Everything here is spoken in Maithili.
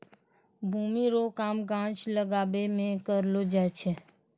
भूमि रो काम गाछ लागाबै मे करलो जाय छै